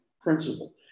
principle